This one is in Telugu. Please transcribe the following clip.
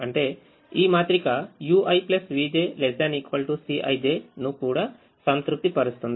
అంటేఈ మాత్రిక uivj ≤ Cij ను కూడా సంతృప్తి పరుస్తుంది